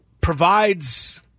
provides